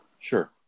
Sure